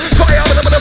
fire